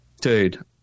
dude